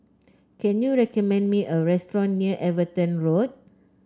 can you recommend me a restaurant near Everton Road